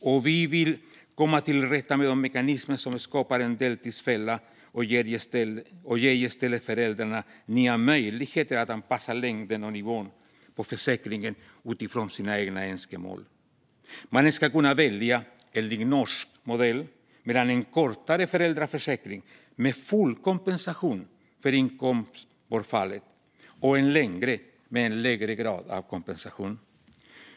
Vi vill även komma till rätta med de mekanismer som skapar en deltidsfälla och i stället ge föräldrarna nya möjligheter att anpassa längden och nivån på försäkringen utifrån sina egna önskemål. Man ska, enligt norsk modell, kunna välja mellan en kortare föräldraförsäkring med full kompensation för inkomstbortfallet och en längre med en lägre grad av kompensation.